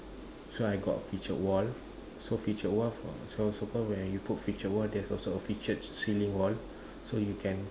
so I got feature wall so feature wall from so so called where you put feature wall there is also a feature cei~ ceiling wall so you can